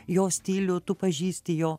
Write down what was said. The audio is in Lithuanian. jo stilių tu pažįsti jo